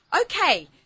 Okay